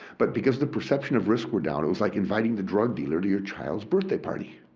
but because the perception of risk were down, it was like inviting the drug dealer to your child's birthday party.